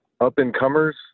up-and-comers